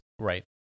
Right